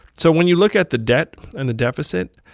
so when you look at the debt and the deficit,